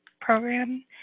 program